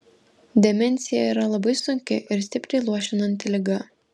demencija yra labai sunki ir stipriai luošinanti liga